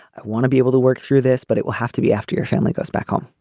i want to be able to work through this but it will have to be after your family goes back home.